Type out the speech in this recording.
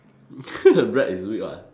bread is wheat [what]